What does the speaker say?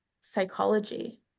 psychology